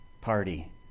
party